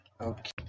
Okay